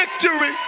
victory